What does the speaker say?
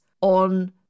on